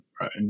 right